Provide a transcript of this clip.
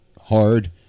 hard